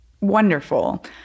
wonderful